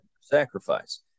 sacrifice